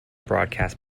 broadcast